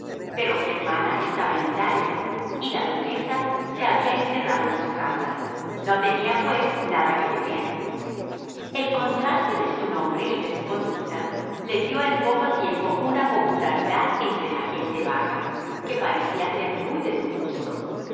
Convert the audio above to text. pero germana estaba en italia y la duquesa se había encerrado en su casa no tenía pues nada que temer el contraste de su nombre y de su conducta le dio en poco tiempo una popularidad entre la gente baja que parecía ser muy de su gusto